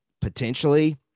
potentially